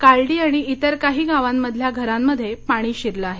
कालडी आणि इतर काही गावांमधल्या घरांमध्ये पाणी शिरलं आहे